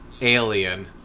alien